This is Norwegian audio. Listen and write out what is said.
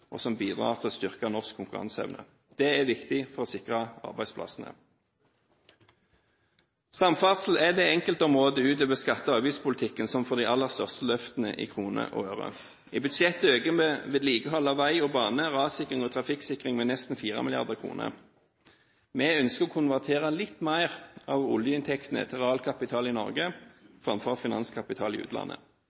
og som bidrar til å styrke norsk konkurranseevne. Det er viktig for å sikre arbeidsplassene. Samferdsel er det enkeltområdet utover skatte- og avgiftspolitikken som får de aller største løftene i kroner og øre. I budsjettet øker vi vedlikehold av vei og bane, rassikring og trafikksikring med nesten 4 mrd. kr. Vi ønsker å konvertere litt mer av oljeinntektene til realkapital i Norge framfor til finanskapital i utlandet.